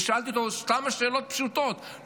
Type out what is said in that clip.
ושאלתי אותו כמה שאלות פשוטות,